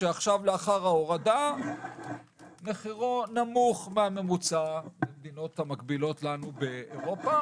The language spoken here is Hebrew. שעכשיו לאחר ההורדה מחירו נמוך מהממוצע במדינות המקבילות לנו באירופה.